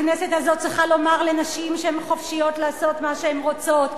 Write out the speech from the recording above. הכנסת הזאת צריכה לומר לנשים שהן חופשיות לעשות מה שהן רוצות,